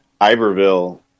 Iberville